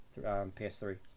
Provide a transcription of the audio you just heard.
PS3